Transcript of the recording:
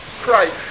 Christ